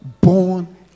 born